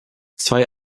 zwei